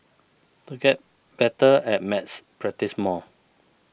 to get better at maths practise more